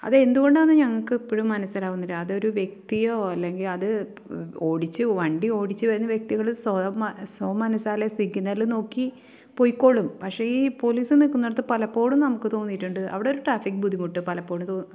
അത് എന്തുകൊണ്ടെന്നാന്ന് ഞങ്ങക്കിപ്പോഴും മനസ്സിലാകുന്നില്ല അതൊരു വ്യക്തിയോ അല്ലെങ്കിൽ അത് ഓടിച്ച് വണ്ടി ഓടിച്ച് വരുന്ന വ്യക്തികൾ സ്വ സ്വ മനസ്സാലെ സിഗ്നൽ നോക്കി പൊയ്ക്കോളും പക്ഷെ ഈ പോലീസ് നിൽക്കുന്നിടത്ത് പലപ്പോഴും നമുക്ക് തോന്നിയിട്ടുണ്ട് അവിടെ ഈ ട്രാഫിക് ബുദ്ധിമുട്ട് പലപ്പോഴൊരു